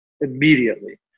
immediately